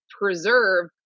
preserve